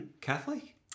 Catholic